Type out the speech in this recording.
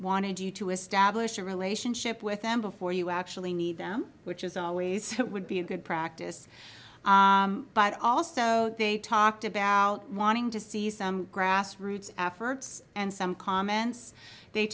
wanted you to establish a relationship with them before you actually need them which is always would be a good practice but also they talked about wanting to see some grassroots efforts and some comments they